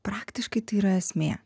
praktiškai tai yra esmė